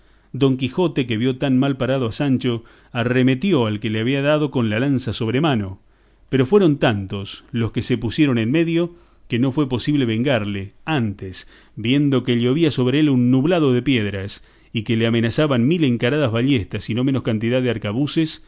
don quijote que vio tan malparado a sancho arremetió al que le había dado con la lanza sobre mano pero fueron tantos los que se pusieron en medio que no fue posible vengarle antes viendo que llovía sobre él un nublado de piedras y que le amenazaban mil encaradas ballestas y no menos cantidad de arcabuces